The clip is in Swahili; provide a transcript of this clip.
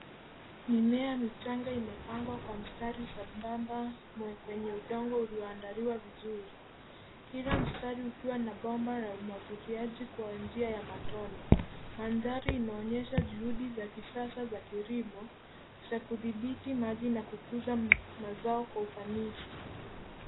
Mimea michanga imepangwa kwa mstari sambamba kwenye udongo ulioandaliwa vizuri, kila mstari ukiwa na bomba la umwagiliaji kwa njia ya matone. Mandhari inaonyesha juhudi za kisasa za kilimo za kudhibiti maji na kukuza mazao kwa ufanisi.